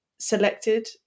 selected